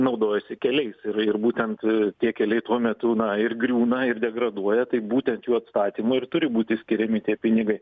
naudojasi keliais ir ir būtent tie keliai tuo metu na ir griūna ir degraduoja tai būtent jų atstatymui ir turi būti skiriami tie pinigai